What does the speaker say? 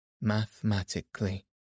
mathematically